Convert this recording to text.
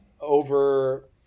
over